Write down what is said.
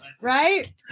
right